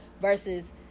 versus